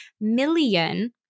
million